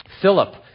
Philip